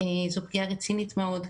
זו פגיעה רצינית מאוד,